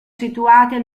situate